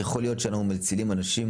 יכול להיות שאנחנו מצילים אנשים.